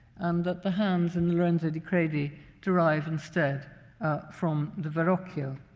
and that the hands in lorenzo di credi derive instead from the verrocchio.